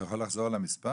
אתה יכול לחזור על המספר?